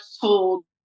told